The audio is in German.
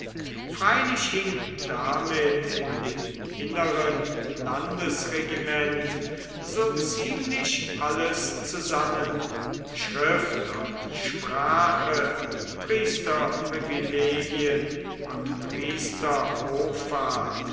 freilich hing damit in dem inneren landesregiment so ziemlich alles zusammen schrift und sprache priesterprivilegien und